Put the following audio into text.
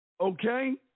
okay